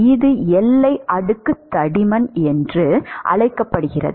இது எல்லை அடுக்கு தடிமன் என்று அழைக்கப்படுகிறது